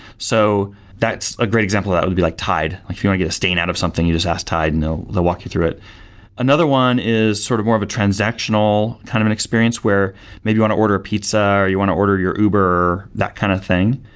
so that's a great example that would be like tide. if you want get a stain out of something, you just ask tide and they'll walk you through it another one is sort of more of a transactional kind of an experience, where maybe you want to order pizza, or you want to order your uber, that kind of thing.